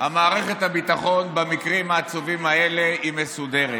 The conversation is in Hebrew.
מערכת הביטחון במקרים העצובים האלה היא מסודרת.